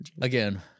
again